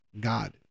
God